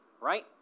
right